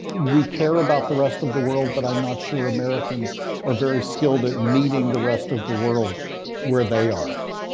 we care about the rest of the world, but i'm not sure americans are very skilled at meeting the rest of the world where they are.